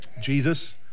Jesus